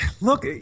look